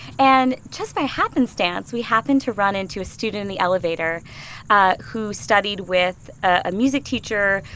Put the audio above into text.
and just by happenstance, we happened to run into a student in the elevator who studied with a music teacher.